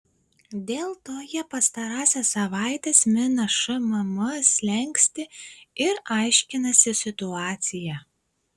dėl to jie pastarąsias savaites mina šmm slenkstį ir aiškinasi situaciją